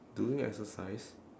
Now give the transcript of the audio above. doing exercise